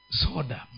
soda